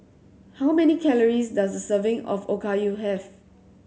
how many calories does a serving of Okayu have